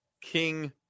King